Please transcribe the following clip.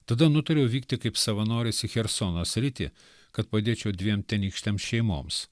tada nutariau vykti kaip savanoris į chersono sritį kad padėčiau dviem tenykštėms šeimoms